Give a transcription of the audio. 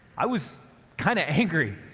i was kind of angry.